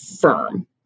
firm